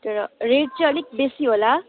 तर रेट चाहिँ अलिक बेसी होला